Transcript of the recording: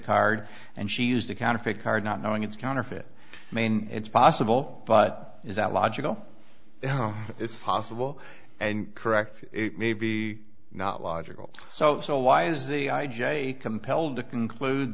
card and she used a counterfeit card not knowing it's counterfeit main it's possible but is that logical it's possible and correct it may be not logical so so why is the i j a compelled to conclude